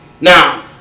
Now